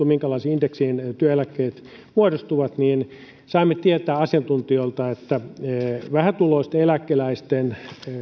minkälaisiin indekseihin työeläkkeet muodostuvat saimme tietää asiantuntijoilta että vähätuloisten eläkeläisten